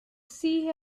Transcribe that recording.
sea